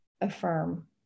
affirm